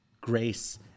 grace